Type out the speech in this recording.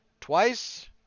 twice